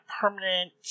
permanent